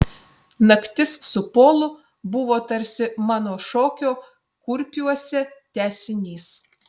naktis su polu buvo tarsi mano šokio kurpiuose tęsinys